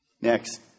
Next